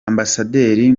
ambasaderi